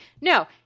no